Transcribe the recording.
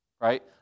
Right